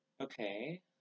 Okay